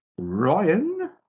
Ryan